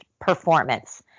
performance